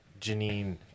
Janine